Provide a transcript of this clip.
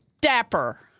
dapper